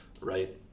right